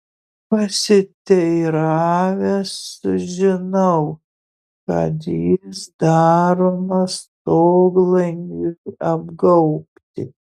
pasiteiravęs sužinau kad jis daromas stoglangiui apgaubti